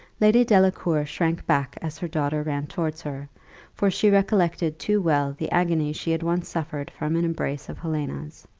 lady delacour shrunk back as her daughter ran towards her for she recollected too well the agony she had once suffered from an embrace of helena's.